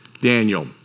Daniel